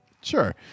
Sure